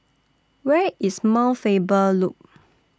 Where IS Mount Faber Loop